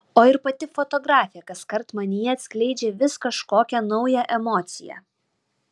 o ir pati fotografė kaskart manyje atskleidžia vis kažkokią naują emociją